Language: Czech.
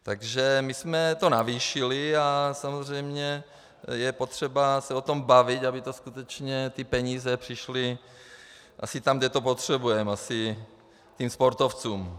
Takže my jsme to navýšili a samozřejmě je potřeba se o tom bavit, aby skutečně ty peníze přišly tam, kde to potřebujeme, asi těm sportovcům.